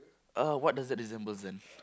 uh what does that resembles then